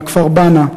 מהכפר בענה,